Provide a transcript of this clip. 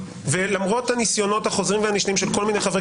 ולמרות הניסיונות החוזרים והנשנים של כל מיני חברי